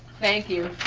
thank you.